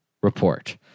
Report